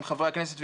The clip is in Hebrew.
עם חברי הכנסת,